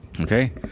Okay